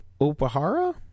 OpaHara